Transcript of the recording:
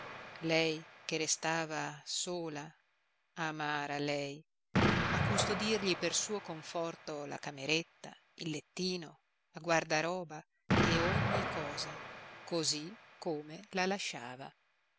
lei che restava sola amara lei a custodirgli per suo conforto la cameretta il lettino la guardaroba e ogni cosa così come la lasciava